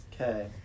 Okay